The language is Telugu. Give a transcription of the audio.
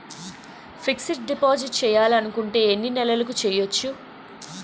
ఫిక్సడ్ డిపాజిట్ చేయాలి అనుకుంటే ఎన్నే నెలలకు చేయొచ్చు?